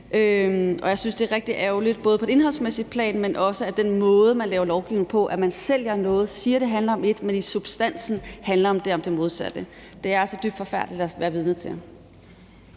og jeg synes, det er rigtig ærgerligt, både på det indholdsmæssige plan. Men det handler også om den måde, man laver lovgivning på, at man sælger noget, siger, det handler om et, men i substansen handler det om det modsatte. Det er dybt forfærdeligt at være vidne til.